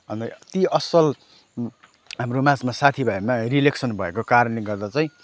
अन्त यत्ति असल हाम्रो माझमा साथीभाइमा रिलेसन भएको कारणले गर्दा चाहिँ